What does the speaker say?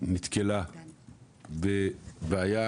שנתקלה בבעיה